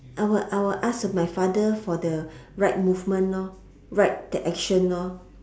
I will I will ask my father for the right movement orh right the action orh